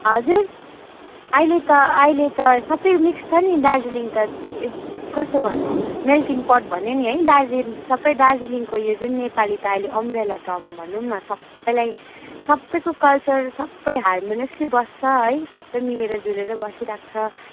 हजुर अहिले त अहिले त सबै मिक्स छ नि दार्जिलिङ त यो कसो भन्नु मेल्टिङ पोट भनेँ नि है दार्जिलिङ सबै दार्जिलिङको यो जुन नेपाली त अहिले अम्ब्रेला टर्म भनौँ न सबैलाई सबैको कल्चर सबै हार्मोनियस्ली बस्छ है सबै मिलेर जुलेर बसिरहेको छ